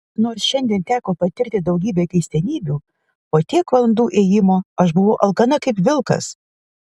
nors šiandien teko patirti daugybę keistenybių po tiek valandų ėjimo aš buvau alkana kaip vilkas